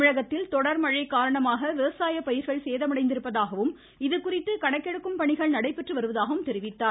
தமிழகத்தில் தொடர் மழை காரணமாக விவசாய பயிர்கள் சேதமடைந்திருப்பதாகவும் இதுகுறித்து கணக்கெடுக்கும் பணிகள் நடைபெற்று வருவதாகவும் கூறினார்